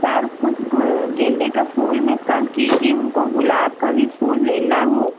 sir कुछ गेंदे के फूल में कम कीजिए हमको गुलाब का भी फूल लेना है